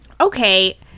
Okay